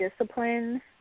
discipline